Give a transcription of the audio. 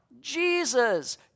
Jesus